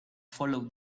follow